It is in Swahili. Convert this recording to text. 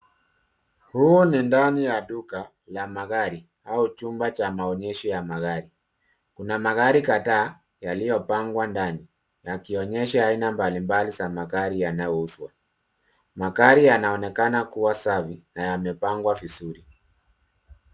Huu ni ndani ya duka ya magari au chumba cha maonyesho ya magari. Kuna magari kadhaa yaliyopangwa ndani yakionyesha aina mbali mbali za magari yanayouzwa. Magari yanaonekana kuwa safi na yamepangwa vizuri.